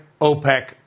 OPEC